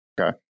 Okay